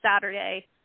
Saturday